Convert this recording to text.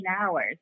hours